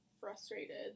frustrated